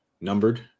numbered